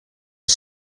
are